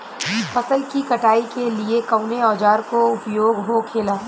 फसल की कटाई के लिए कवने औजार को उपयोग हो खेला?